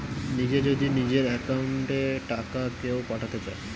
নিজে যদি নিজের একাউন্ট এ টাকা কেও পাঠাতে চায়